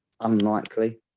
unlikely